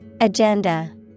Agenda